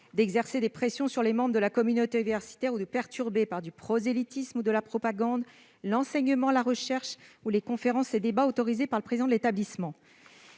d'exercer des pressions sur les membres de la communauté universitaire ou de perturber, par du prosélytisme ou de la propagande, l'enseignement, la recherche ou les conférences et débats autorisés par le président de l'établissement.